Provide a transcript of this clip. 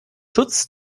schutz